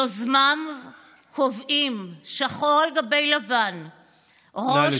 יוזמיו קובעים, שחור על גבי לבן, נא לסיים, בבקשה.